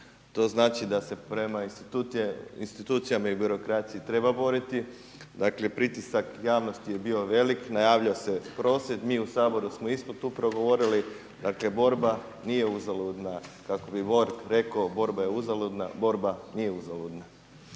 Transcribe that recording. To znači da se prema institucijama i birokraciji treba boriti. Dakle, pritisak javnosti je bio velik. Najavljivao se prosvjed. Mi u Saboru smo isto tu progovorili. Dakle, borba nije uzaludna kako bi … rekao borba je uzaludna. Borba nije uzaludna.